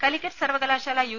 കലിക്കറ്റ് സർവകലാശാലാ യു